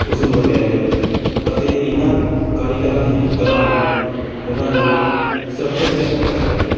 ਉਸ ਨੂੰ ਵੰਡਿਆ ਜਾਵੇ ਅਤੇ ਇਹਨਾਂ ਕਾਰੀਗਰਾਂ ਦੀ ਜਿਹੜੀ ਕਲਾ ਨੂੰ ਉਹਨਾਂ ਨੂੰ ਸੁਰੱਖਿਅਤ ਹਿਤ ਰੱਖਿਆ ਜਾਵੇ